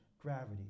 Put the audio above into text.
gravity